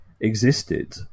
existed